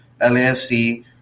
LAFC